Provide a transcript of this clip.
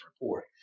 report